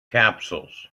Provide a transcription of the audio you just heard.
capsules